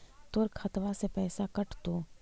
तोर खतबा से पैसा कटतो?